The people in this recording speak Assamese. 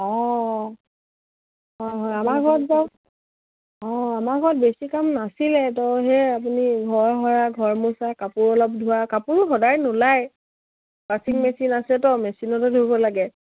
অঁ হয় হয় আমাৰ ঘৰত বাৰু অঁ আমাৰ ঘৰত বেছি কাম নাছিলে ত' সেয়ে আপুনি ঘৰ সৰা ঘৰ মোচা কাপোৰ অলপ ধোৱা কাপোৰো সদায় নোলায় ৱাশ্বিং মেচিন আছে ত' মেচিনতেো ধূব লাগে